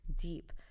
deep